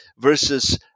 versus